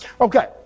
Okay